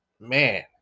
man